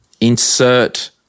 insert